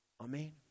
Amen